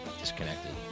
disconnected